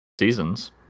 seasons